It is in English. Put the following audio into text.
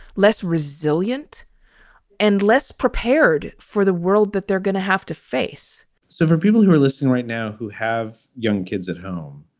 less resilient and less prepared for the world that they're going to have to face so for people who are listening right now, who have young kids at home,